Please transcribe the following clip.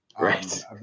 Right